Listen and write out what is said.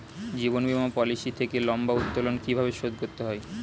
জীবন বীমা পলিসি থেকে লম্বা উত্তোলন কিভাবে শোধ করতে হয়?